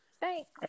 Thanks